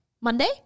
Monday